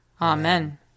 Amen